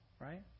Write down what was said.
Right